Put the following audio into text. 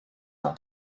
ans